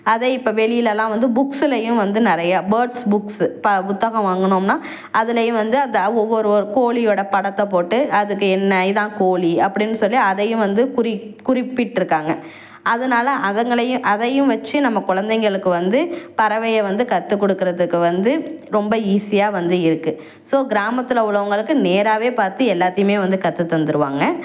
அதை இப்போ வெளியிலலாம் வந்து புக்ஸ்லயும் வந்து நிறையா பேர்ட்ஸ் புக்ஸ் ப புத்தகம் வாங்குனோம்னால் அதிலயும் வந்து அந்த ஒவ்வொரு ஒரு கோழியோட படத்தை போட்டு அதுக்கு என்ன இதுதான் கோழி அப்படினு சொல்லி அதையும் வந்து குறி குறிப்பிட்டிருக்காங்க அதனால அதுங்களையும் அதையும் வச்சி நம்ம குலந்தைகளுக்கு வந்து பறவையை வந்து கத்துக்கொடுக்குறதுக்கு வந்து ரொம்ப ஈஸியாக வந்து இருக்குது ஸோ கிராமத்தில் உள்ளவங்களுக்கு நேராகவே பார்த்து எல்லாத்தையுமே வந்து கத்துத்தந்துடுவாங்க